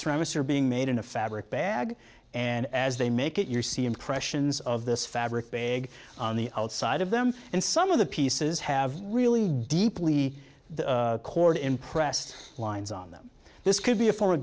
ceramics are being made in a fabric bag and as they make it you're see impressions of this fabric bag on the outside of them and some of the pieces have really deeply the chord impressed lines on them this could be a for